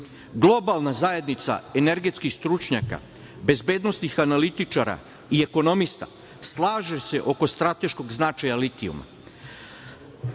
resursa. Globalna zajednica energetskih stručnjaka, bezbednosnih analitičara i ekonomista slaže se oko strateškog značaja litijuma.